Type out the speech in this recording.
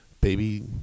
baby